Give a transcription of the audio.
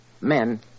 Men